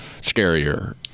scarier